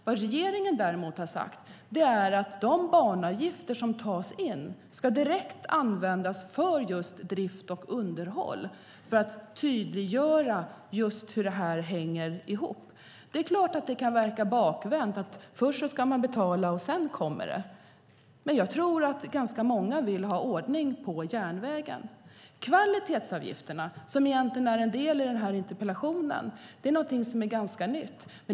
Vad regeringen däremot har sagt är att de banavgifter som tas in ska användas direkt till drift och underhåll för att tydliggöra hur detta hänger ihop. Det är klart att det kan verka bakvänt att man först ska betala, men jag tror att ganska många vill ha ordning på järnvägen. Kvalitetsavgifterna, som egentligen är en del i det interpellationen handlar om, är något som är ganska nytt.